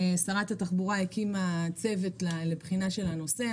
שרת התחבורה הקימה צוות לבחינת הנושא.